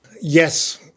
Yes